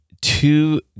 two